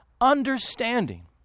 Understanding